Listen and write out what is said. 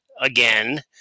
again